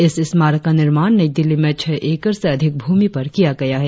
इस स्मारक का निर्माण नई दिल्ली में छह एकड़ से अधिक भूमि पर किया गया है